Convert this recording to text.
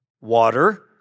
water